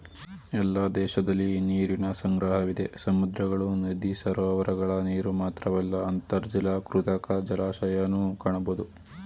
ಎಲ್ಲ ದೇಶದಲಿ ನೀರಿನ ಸಂಗ್ರಹವಿದೆ ಸಮುದ್ರಗಳು ನದಿ ಸರೋವರಗಳ ನೀರುಮಾತ್ರವಲ್ಲ ಅಂತರ್ಜಲ ಕೃತಕ ಜಲಾಶಯನೂ ಕಾಣಬೋದು